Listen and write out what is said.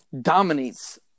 dominates